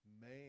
Man